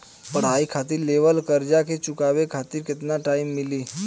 पढ़ाई खातिर लेवल कर्जा के चुकावे खातिर केतना टाइम मिली?